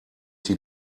die